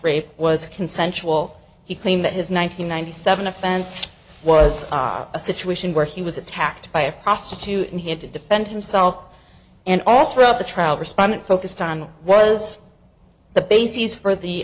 rape was consensual he claimed that his nine hundred ninety seven offense was a situation where he was attacked by a prostitute and he had to defend himself and all throughout the trial respondent focused on was the bases for the